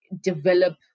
develop